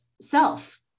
self